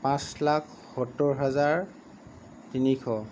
পাঁচ লাখ সত্তৰ হাজাৰ তিনিশ